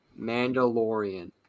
Mandalorian